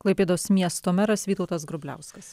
klaipėdos miesto meras vytautas grubliauskas